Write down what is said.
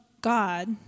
God